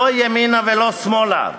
לא ימינה ולא שמאלה.